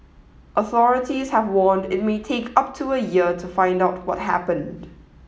authorities have warned it may take up to a year to find out what happened